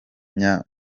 mba